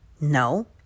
No